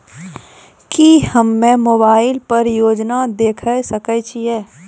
की हम्मे मोबाइल पर योजना देखय सकय छियै?